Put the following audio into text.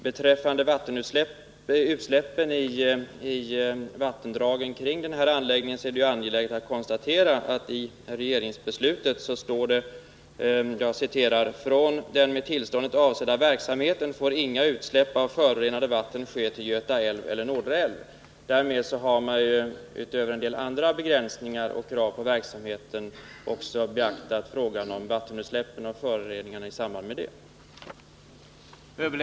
Beträffande utsläppen i vattendragen kring anläggningen är det angeläget att konstatera att det i regeringsbeslutet står: ”Från den med tillståndet avsedda verksamheten får inga utsläpp av förorenade vatten ske till Göta älv eller Nordre älv.” Därmed har man — utöver en del andra begränsningar och krav på verksamheten — beaktat frågan om vattenutsläppen och föroreningarna i samband med dem.